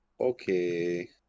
Okay